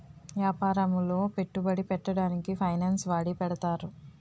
యాపారములో పెట్టుబడి పెట్టడానికి ఫైనాన్స్ వాడి పెడతారు